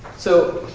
so